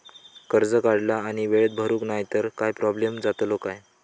कर्ज काढला आणि वेळेत भरुक नाय तर काय प्रोब्लेम जातलो काय?